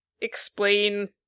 explain